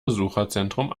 besucherzentrum